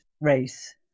race